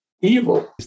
evil